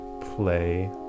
play